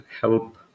help